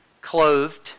clothed